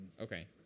okay